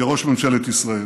כראש ממשלת ישראל.